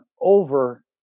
over